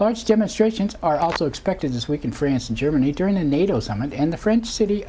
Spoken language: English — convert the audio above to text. large demonstrations are also expected this week in france and germany during a nato summit and the french city